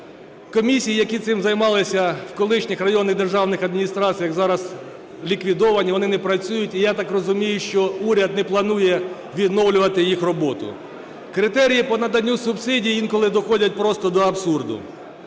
Комісії, які цим займалися в колишніх районних державних адміністраціях, зараз ліквідовані, вони не працюють. І, я так розумію, що уряд не планує відновлювати їх роботу. Критерії по наданню субсидій інколи доходять просто до абсурду.